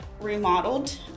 remodeled